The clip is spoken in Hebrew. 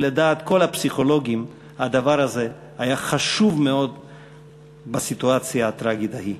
ולדעת כל הפסיכולוגים הדבר הזה היה חשוב מאוד בסיטואציה הטרגית ההיא.